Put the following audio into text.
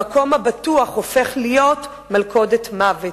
המקום הבטוח הופך להיות מלכודת מוות.